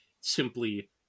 simply